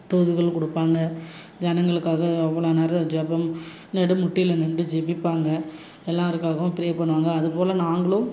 தோதுகள் கொடுப்பாங்க ஜனங்களுக்காக அவ்வளோ நேரம் ஜெபம் நடு முட்டியில நின்று ஜெபிப்பாங்க எல்லோருக்காகவும் ப்ரே பண்ணுவாங்க அது போல நாங்களும்